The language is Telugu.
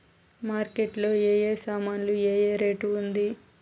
మార్కెట్ లో ఏ ఏ సామాన్లు ఏ ఏ రేటు ఉంది?